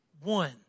one